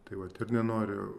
tai vat ir nenoriu